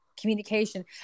Communication